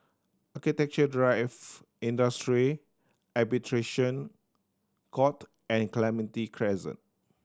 Architecture Drive Industrial Arbitration Court and Clementi Crescent